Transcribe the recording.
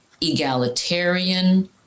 egalitarian